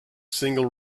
single